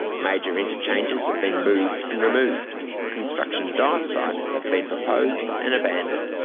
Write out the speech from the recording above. major interchanges have been moved and removed construction dive sites have been proposed and abandoned.